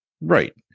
Right